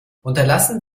unterlassen